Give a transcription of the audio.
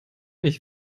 nicht